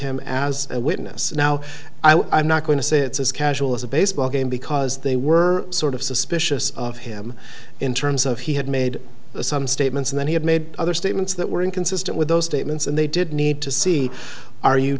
him as a witness now i'm not going to say it's as casual as a baseball game because they were sort of suspicious of him in terms of he had made some statements and then he had made other statements that were inconsistent with those statements and they did need to see are you